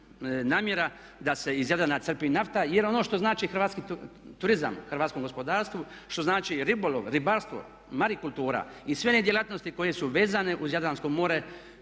namjera da se iz Jadrana crpi nafta. Jer ono što znači hrvatski turizam hrvatskom gospodarstvu, što znači ribolov, ribarstvo, marikultura i sve one djelatnosti koje su vezane uz Jadransko more